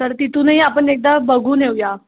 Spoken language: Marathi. तर तिथूनही आपण एकदा बघून येऊ या